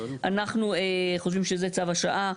אנחנו חושבים שזה צו השעה,